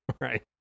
right